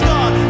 God